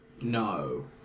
No